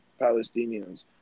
Palestinians